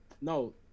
no